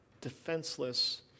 defenseless